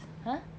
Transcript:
!huh!